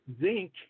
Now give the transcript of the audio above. zinc